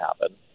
happen